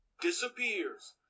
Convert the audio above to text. Disappears